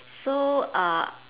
so uh